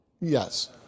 Yes